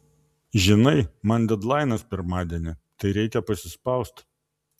žinai man dedlainas pirmadienį tai reikia pasispaust